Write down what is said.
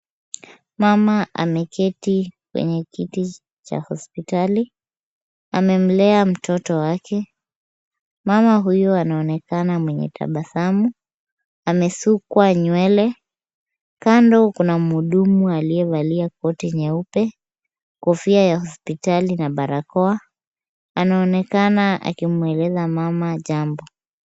Mama ameketi kwenye kiti cha hospitali. Amemlea mtoto wake. Mama huyu anaonekana mwenye tabasamu, amesukwa nywele. Kando kuna muhudumu aliyevalia koti nyeupe, kofia ya hospitali na barakoa. Anaonekana akimweleza mama jambo.